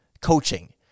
coaching